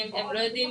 אנחנו עובדים,